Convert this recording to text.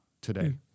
today